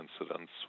incidents